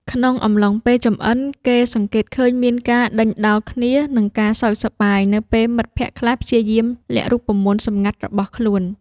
ក្នុងអំឡុងពេលចម្អិន គេសង្កេតឃើញមានការដេញដោលគ្នា និងការសើចសប្បាយនៅពេលមិត្តភក្តិខ្លះព្យាយាមលាក់រូបមន្តសម្ងាត់របស់ខ្លួន។